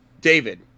David